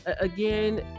Again